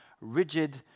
rigid